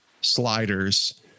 sliders